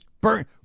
Burn